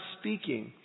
speaking